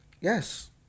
Yes